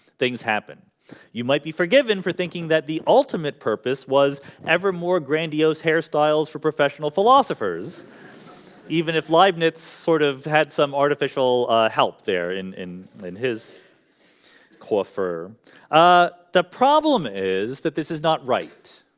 things happen you might be forgiven for thinking that the ultimate purpose was ever more grandiose hairstyles for professional philosophers even if live nets sort of had some artificial help there in in in his coffer ah the problem is that this is not right?